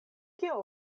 kio